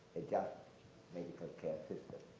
a just medical care system.